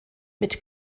mit